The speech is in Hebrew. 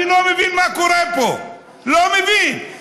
אני לא מבין מה קורה פה, לא מבין.